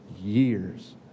years